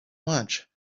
lunch